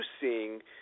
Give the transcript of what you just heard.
seeing